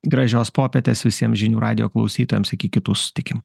gražios popietės visiems žinių radijo klausytojams iki kitų susitikimų